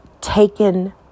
taken